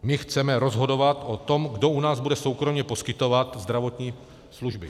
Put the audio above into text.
My chceme rozhodovat o tom, kdo u nás bude soukromě poskytovat zdravotní služby.